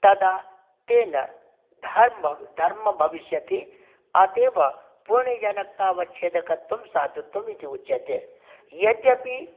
तदा तेन धर्मं धर्म भविष्यति अत एव पुण्यजनकतावच्छेदकत्वं साधुत्वं इति उच्यते यद्यपि